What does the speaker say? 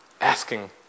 asking